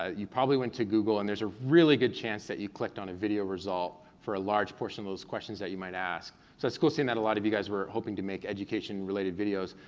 you probably went to google, and there's a really good chance that you clicked on a video result for a large portion of those questions that you might ask. so it's cool seeing that a lot of you guys were hoping to make education related videos,